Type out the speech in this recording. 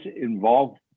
involved